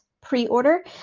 pre-order